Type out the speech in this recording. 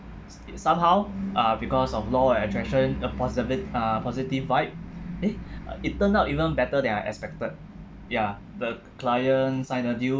somehow uh because of law and attraction uh a positi~ uh a positive vibe eh it turned out even better than I expected ya the client signed a deal